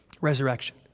resurrection